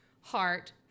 heart